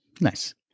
nice